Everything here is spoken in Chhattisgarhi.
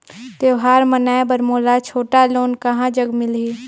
त्योहार मनाए बर मोला छोटा लोन कहां जग मिलही?